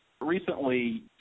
Recently